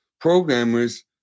programmers